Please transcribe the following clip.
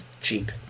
cheap